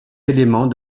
éléments